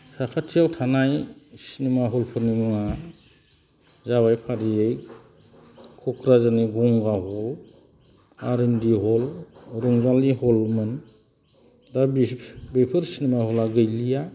साखाथियाव थानाय सिनेमा हलफोरनि मुङा जाबाय फारियै क'क्राझारनि Ganga hall R N D hall रंजालि हलमोन दा बेफोर सिनेमा हला गैलिया